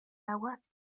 aguas